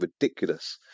ridiculous